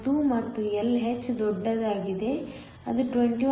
2 ಮತ್ತು Lh ದೊಡ್ಡದಾಗಿದೆ ಅದು 21